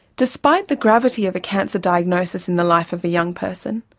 despite the gravity of a cancer diagnosis in the life of a young person,